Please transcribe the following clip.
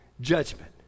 judgment